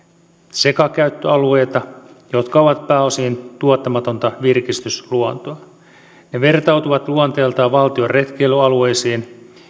sekakäyttöalueita jotka ovat pääosin tuottamatonta virkistysluontoa ne vertautuvat luonteeltaan valtion retkeilyalueisiin